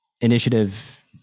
initiative